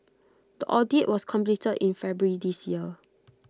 the audit was completed in February this year